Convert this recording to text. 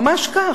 ממש כך.